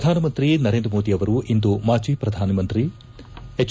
ಪ್ರಧಾನಮಂತ್ರಿ ನರೇಂದ್ರ ಮೋದಿ ಅವರು ಇಂದು ಮಾಜಿ ಪ್ರಧಾನಮಂತ್ರಿ ಎಜ್